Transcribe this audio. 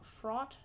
fraud